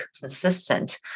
consistent